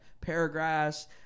paragraphs